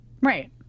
Right